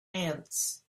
ants